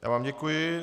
Já vám děkuji.